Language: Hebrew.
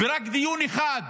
רק דיון אחד